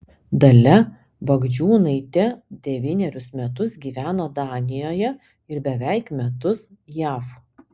dalia bagdžiūnaitė devynerius metus gyveno danijoje ir beveik metus jav